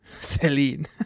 Celine